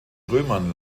römern